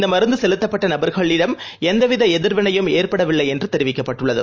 இந்தமருந்துசெலுத்தப்பட்டநபர்களிடம் எந்தவிதஎதிர்வினையும் ஏற்படவில்லைஎன்றுதெரிவிக்கப்பட்டுள்ளது